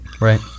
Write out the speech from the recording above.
Right